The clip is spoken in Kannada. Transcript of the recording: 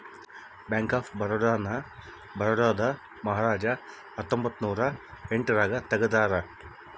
ಬ್ಯಾಂಕ್ ಆಫ್ ಬರೋಡ ನ ಬರೋಡಾದ ಮಹಾರಾಜ ಹತ್ತೊಂಬತ್ತ ನೂರ ಎಂಟ್ ರಾಗ ತೆಗ್ದಾರ